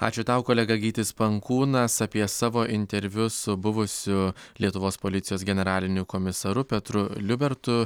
ačiū tau kolega gytis pankūnas apie savo interviu su buvusiu lietuvos policijos generaliniu komisaru petru liubertu